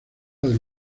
del